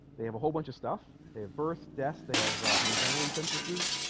they have a whole bunch of stuff they have births deaths they have hungarian censuses